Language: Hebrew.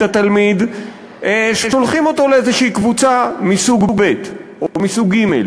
התלמיד שולחים אותו לקבוצה מסוג ב' או מסוג ג'.